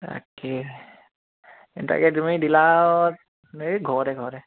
তাকে এই তাকে তুমি ডিলাৰত এই ঘৰতে ঘৰতে